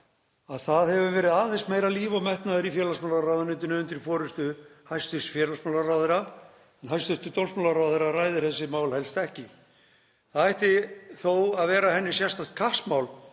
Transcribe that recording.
að það hefur verið aðeins meira líf og metnaður í félagsmálaráðuneytinu undir forystu hæstv. félagsmálaráðherra, en hæstv. dómsmálaráðherra ræðir þessi mál helst ekki. Það ætti þó að vera henni sérstakt kappsmál